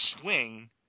swing